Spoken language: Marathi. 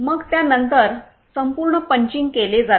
मग त्या नंतर संपूर्ण पंचिंग केले जाते